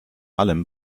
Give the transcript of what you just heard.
allem